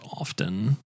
often